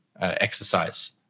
exercise